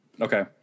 Okay